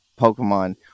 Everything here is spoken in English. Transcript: pokemon